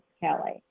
Kelly